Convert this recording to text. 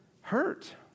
hurt